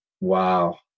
Wow